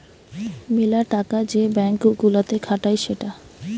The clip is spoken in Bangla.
মেলা টাকা যে ব্যাঙ্ক গুলাতে খাটায় সেটা